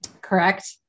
correct